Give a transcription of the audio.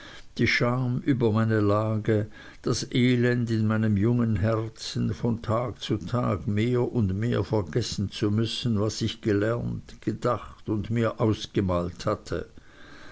die scham über meine lage das elend in meinem jungen herzen von tag zu tag mehr und mehr vergessen zu müssen was ich gelernt gedacht und mir ausgemalt hatte